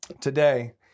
today